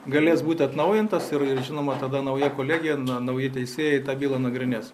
galės būti atnaujintas ir ir žinoma tada na nauja kolegija nauji teisėjai tą bylą nagrinės